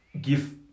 give